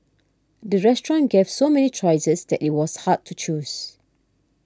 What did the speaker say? the restaurant gave so many choices that it was hard to choose